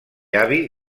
avi